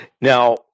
Now